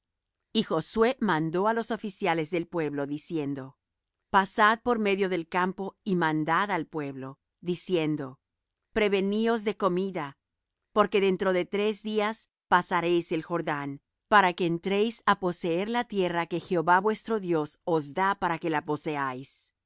y josué mandó á los oficiales del pueblo diciendo pasad por medio del campo y mandad al pueblo diciendo preveníos de comida porque dentro de tres días pasaréis el jordán para que entréis á poseer la tierra que jehová vuestro dios os da para que la poseáis